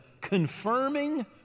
confirming